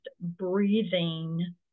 breathing